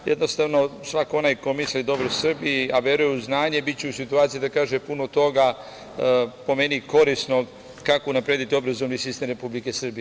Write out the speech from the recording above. Jednostavno, svako onaj ko misli dobro Srbiji, a veruje u znanje, biće u situaciji da kaže puno toga, po meni, korisnog kako unaprediti obrazovni sistem Republike Srbije.